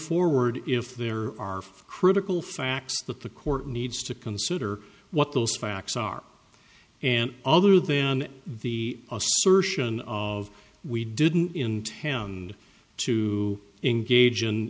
forward if there are critical facts that the court needs to consider what those facts are and other than the assertion of we didn't intend to engage in